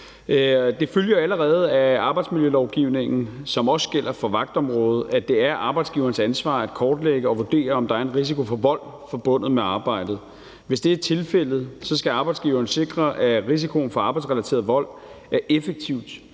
Det følger allerede af arbejdsmiljølovgivningen, som også gælder for vagtområdet, at det er arbejdsgiverens ansvar at kortlægge og vurdere, om der er en risiko for vold forbundet med arbejdet. Hvis det er tilfældet, skal arbejdsgiveren sikre, at risikoen for arbejdsrelateret vold er effektivt